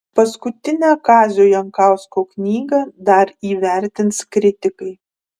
paskutinę kazio jankausko knygą dar įvertins kritikai